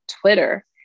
Twitter